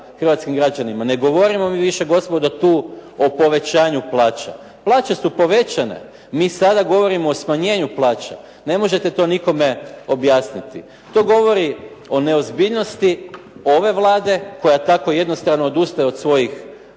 hrvatskim građanima ne govorimo mi više gospodo tu o povećanju plaća. Plaće su povećane. Mi sada govorimo o smanjenju plaća. Ne možete to nikome objasniti. To govori o neozbiljnosti ove Vlade, koja tako jednostavno odustaje od svojih